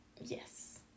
Yes